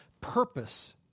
purpose